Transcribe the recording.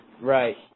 Right